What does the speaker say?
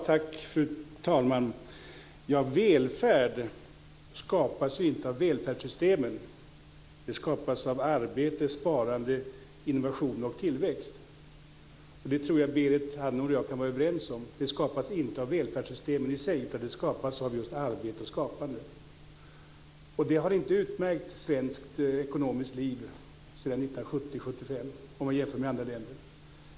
Fru talman! Välfärd skapas ju inte av välfärdssystemen. Den skapas av arbete, sparande, innovationer och tillväxt. Det tror jag att Berit Andnor och jag kan vara överens om. Den skapas inte av välfärdssystemen i sig utan av just arbete och skapande. Det har inte utmärkt svenskt ekonomiskt liv sedan 1970 1975 jämfört med andra länder.